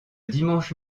dimanche